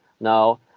no